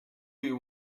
you